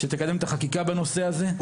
שתקדם את החקיקה בנושא הזה,